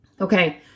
Okay